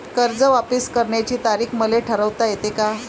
कर्ज वापिस करण्याची तारीख मले ठरवता येते का?